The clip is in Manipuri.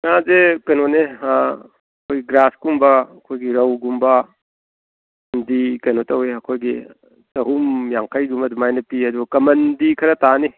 ꯉꯥꯁꯦ ꯀꯩꯅꯣꯅꯦ ꯑꯩꯈꯣꯏ ꯒ꯭ꯔꯥꯁꯀꯨꯝꯕ ꯑꯩꯈꯣꯏꯒꯤ ꯔꯧꯒꯨꯝꯕꯗꯤ ꯀꯩꯅꯣ ꯇꯧꯋꯦ ꯑꯩꯈꯣꯏꯒꯤ ꯆꯍꯨꯝ ꯌꯥꯡꯈꯩꯒꯨꯝꯕ ꯑꯗꯨꯃꯥꯏꯅ ꯄꯤꯌꯦ ꯑꯗꯣ ꯀꯃꯟꯗꯤ ꯈꯔ ꯇꯥꯅꯤ